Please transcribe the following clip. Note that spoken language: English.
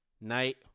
Night